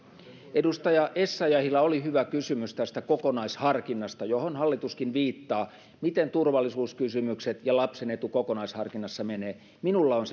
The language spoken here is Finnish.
edustaja essayahilla oli hyvä kysymys tästä kokonaisharkinnasta johon hallituskin viittaa miten turvallisuuskysymykset ja lapsen etu kokonaisharkinnassa menee minulla on